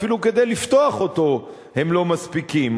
אפילו כדי לפתוח אותו הם לא מספיקים.